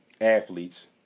athletes